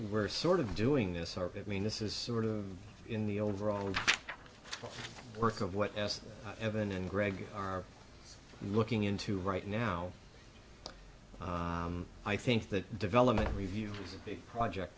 we're sort of doing this are that mean this is sort of in the overall work of what evan and greg are looking into right now i think the development review is a big project